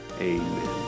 amen